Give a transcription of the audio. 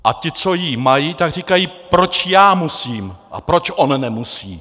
A ti, co ji mají, říkají: proč já musím a proč on nemusí?